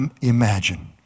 imagine